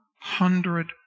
hundred